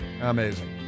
Amazing